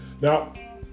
Now